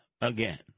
again